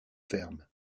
fermes